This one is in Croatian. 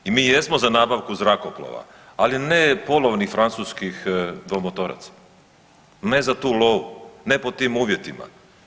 I mi jesmo za nabavku zrakoplova, ali ne polovnih francuskih dvomotoraca, ne za tu lovu, ne pod tim uvjetima.